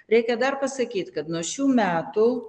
reikia dar pasakyt kad nuo šių metų